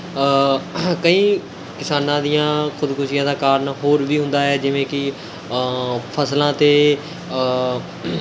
ਕਈ ਕਿਸਾਨਾਂ ਦੀਆਂ ਖੁਦਕੁਸ਼ੀਆਂ ਦਾ ਕਾਰਨ ਹੋਰ ਵੀ ਹੁੰਦਾ ਹੈ ਜਿਵੇਂ ਕਿ ਫਸਲਾਂ 'ਤੇ